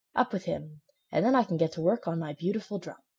up with him and then i can get to work on my beautiful drum.